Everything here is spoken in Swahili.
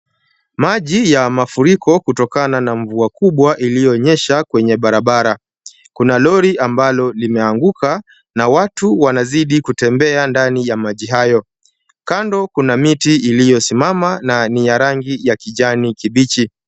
Maji ya mafuriko kutokana na mvua kubwa iliyonyesha kwenye barabara. Kuna lori ambalo limeanguka na watu wanazidi kutembea ndani ya maji hayo. Kando kuna miti iliyosimama na ni ya rangi ya kijani kibichi.